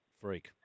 freak